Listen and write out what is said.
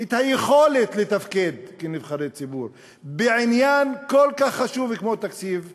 את היכולת לתפקד כנבחרי ציבור בעניין כל כך חשוב כמו תקציב המדינה.